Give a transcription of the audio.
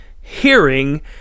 hearing